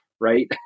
Right